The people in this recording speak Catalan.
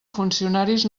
funcionaris